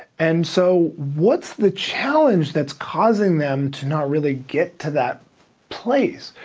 and so, what's the challenge that's causing them to not really get to that place?